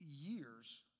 years